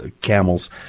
Camel's